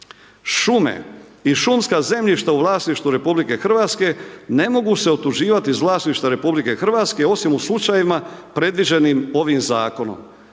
šume i šumska zemljišta u vlasništvu RH ne mogu se otuđivati iz vlasništva RH osim u slučajevima predviđenim ovim zakon,